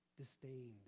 disdained